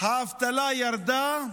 האבטלה ירדה,